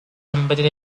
embedded